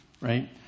right